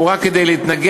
הוא רק כדי להתנגח,